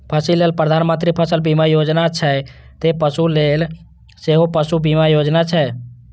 फसिल लेल प्रधानमंत्री फसल बीमा योजना छै, ते पशु लेल सेहो पशु बीमा योजना छै